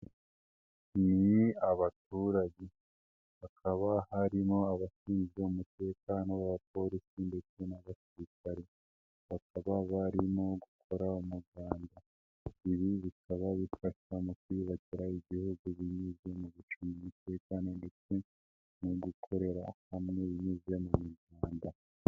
Ni abaturage hakaba harimo abashinzwe umutekano b'aba polisi ndetse n'abasirikare, bakaba barimo gukora umuganda, ibi bikaba bifasha mu kwiyubakira igihugu binyuze mu gucunga umutekano ndetse no gukorera hamwe binyuze mu muhanda.